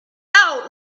out